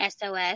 SOS